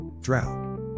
Drought